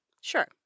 Sure